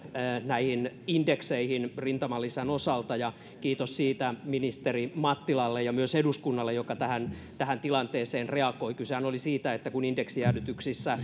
näihin indekseihin rintamalisän osalta kiitos siitä ministeri mattilalle ja myös eduskunnalle joka tähän tähän tilanteeseen reagoi kysehän oli siitä että kun indeksijäädytyksissä